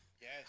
Yes